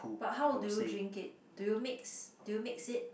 but how do you drink it do you mix do you mix it